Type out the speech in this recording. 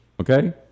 Okay